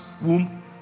womb